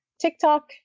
TikTok